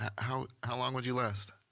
how how long would you last?